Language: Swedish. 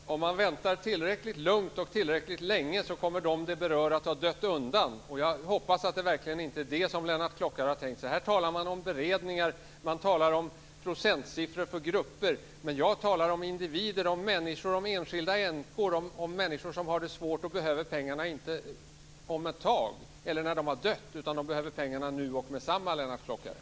Fru talman! Om man väntar tillräckligt lugnt och tillräckligt länge kommer de som detta berör att ha dött undan. Jag hoppas att det verkligen inte är det som Lennart Klockare har tänkt sig. Här talar man om beredningar, man talar om procentsiffror för grupper. Jag talar om individer, om människor, om enskilda änkor, om människor som har det svårt och som behöver pengar inte om ett tag eller när de har dött utan nu och meddetsamma, Lennart Klockare.